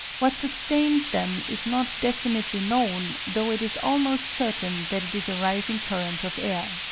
what sustains them is not definitely known, though it is almost certain that it is a rising current of air.